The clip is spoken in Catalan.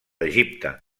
egipte